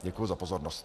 Děkuji za pozornost.